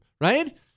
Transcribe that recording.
right